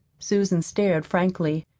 susan stared frankly.